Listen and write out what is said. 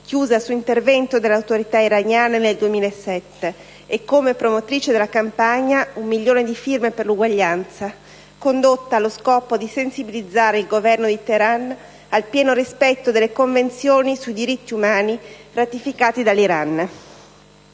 chiusa su intervento delle autorità iraniane nel 2007, e come promotrice della campagna «Un milione di firme per l'uguaglianza», condotta allo scopo di sensibilizzare il Governo di Teheran al pieno rispetto delle convenzioni sui diritti umani ratificati dall'Iran.